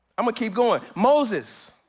i'ma keep going. moses.